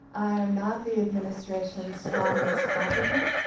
i am not the administration's strongest advocate,